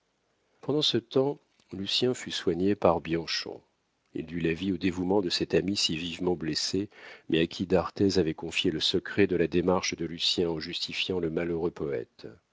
pendant ce temps lucien fut soigné par bianchon il dut la vie au dévouement de cet ami si vivement blessé mais à qui d'arthez avait confié le secret de la démarche de lucien en justifiant le malheureux poète